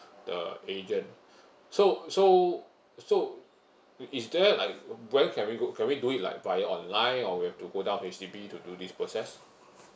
the agent so so so is there like when can we go can we do it like via online or we have to go down H_D_B to do this process